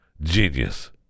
Genius